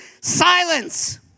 Silence